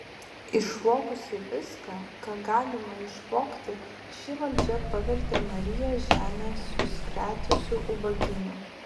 išvogusi viską ką galima išvogti ši valdžia pavertė marijos žemę suskretusiu ubagynu